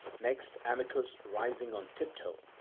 next amycus rising on tiptoe,